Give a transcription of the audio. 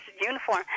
uniform